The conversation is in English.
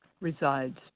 resides